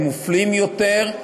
הם מופלים יותר,